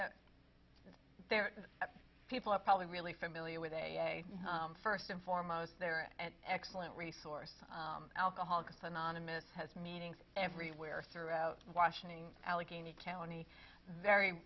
well there people are probably really familiar with first and foremost they're an excellent resource alcoholics anonymous has meetings everywhere throughout washington allegheny county very